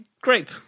Grape